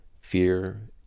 Fear